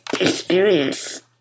experience